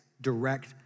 direct